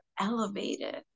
elevated